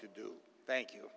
to do thank you